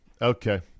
Okay